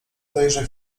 tejże